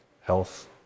health